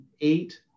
eight